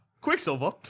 Quicksilver